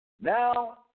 Now